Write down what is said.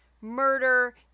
murder